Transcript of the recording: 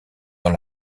dans